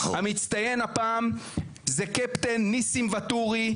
המצטיין הפעם זה קפטן ניסים ואטורי,